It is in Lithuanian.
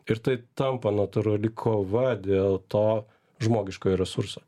ir tai tampa natūrali kova dėl to žmogiškojo resurso